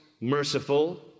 merciful